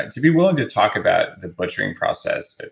to be willing to talk about the butchering process,